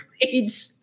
age